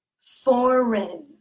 Foreign